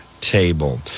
table